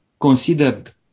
considered